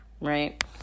Right